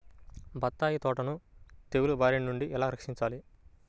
బత్తాయి తోటను తెగులు బారి నుండి ఎలా రక్షించాలి?